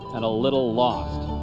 and a little lost.